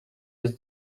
jest